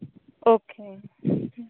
okay